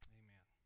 amen